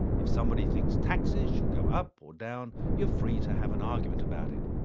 if somebody thinks taxes should go up or down you are free to have an argument about it,